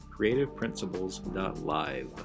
creativeprinciples.live